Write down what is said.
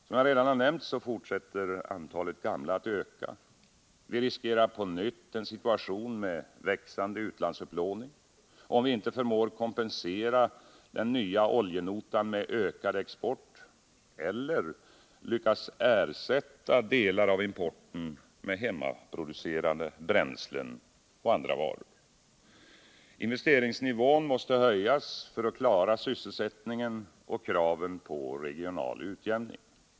Som jag redan har nämnt fortsätter antalet gamla att öka. Vi riskerar på nytt en situation med växande utlandsupplåning, om vi inte förmår kompensera den nya oljenotan med ökad export eller lyckas ersätta delar av importen med hemmaproducerade bränslen och andra varor. Investeringsnivån måste höjas för att klara sysselsättningen och kraven växer på regional utjämning.